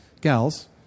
gals